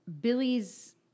Billy's